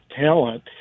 talent